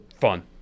fun